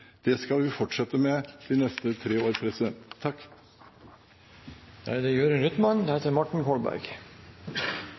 det skal vi fortsette med de neste tre år. Er det